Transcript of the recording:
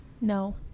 No